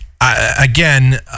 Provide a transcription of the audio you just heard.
again